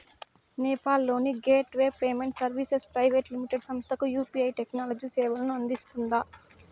నేపాల్ లోని gateway payment services private limited సంస్థకు UPI technology సేవలను అందిస్తుందా?